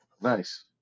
Nice